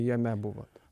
jame buvot